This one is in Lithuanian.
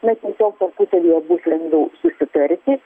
na tiesiog tarpusavyje bus lengviau susitarti